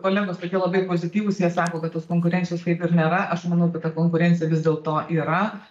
kolegos tokie labai pozityvūs jie sako kad tos konkurencijos kaip ir nėra aš manau kad ta konkurencija vis dėlto yra